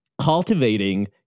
cultivating